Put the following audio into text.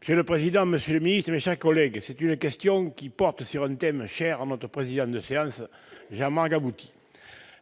Monsieur le président, monsieur le secrétaire d'État, mes chers collègues, ma question porte sur un thème cher à notre président de séance, Jean-Marc Gabouty.